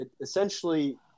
essentially